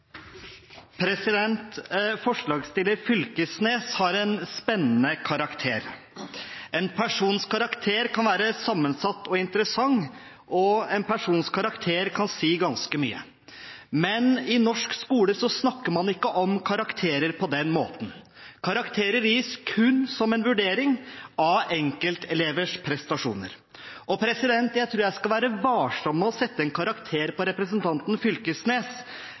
Forslagsstiller Knag Fylkesnes har en spennende karakter. En persons karakter kan være sammensatt og interessant, og en persons karakter kan si ganske mye. Men i norsk skole snakker man ikke om karakterer på den måten. Karakterer gis kun som en vurdering av enkeltelevers prestasjoner. Jeg tror jeg skal være varsom med å sette en karakter på representanten Knag Fylkesnes.